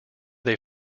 they